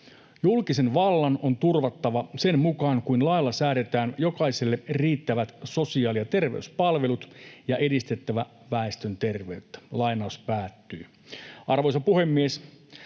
”Julkisen vallan on turvattava, sen mukaan kuin lailla säädetään, jokaiselle riittävät sosiaali- ja terveyspalvelut ja edistettävä väestön terveyttä.” Arvoisa puhemies!